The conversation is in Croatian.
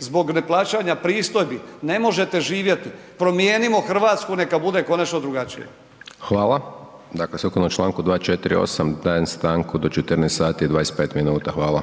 zbog neplaćanja pristojbi, ne možete živjeti. Promijenimo Hrvatsku, neka bude konačno drugačija. **Hajdaš Dončić, Siniša (SDP)** Hvala.